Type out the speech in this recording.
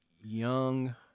young